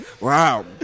Wow